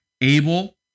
Abel